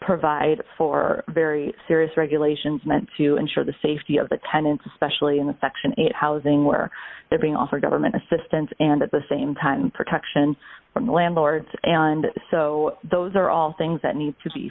provide for very serious regulations meant to ensure the safety of the tenants especially in the section eight housing where they're being offered government assistance and at the same time protection from landlords and so those are all things that need to be